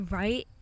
right